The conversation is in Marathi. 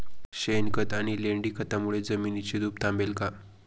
शेणखत आणि लेंडी खतांमुळे जमिनीची धूप थांबेल का?